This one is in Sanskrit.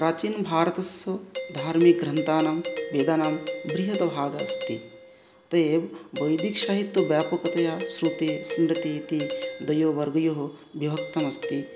प्राचीनभारतस्य धार्मिकग्रन्थानां वेदानां बृहद्भागः अस्ति ते वैदिकसाहित्यस्य व्यापकतया श्रुतिः स्मृतिः इति द्वयोः वर्गयोः विभक्तम् अस्ति